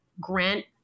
grant